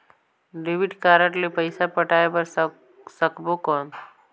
Debit card ले पइसा पटाय बार सकबो कौन?